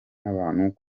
n’abantu